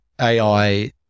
AI